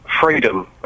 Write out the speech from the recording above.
freedom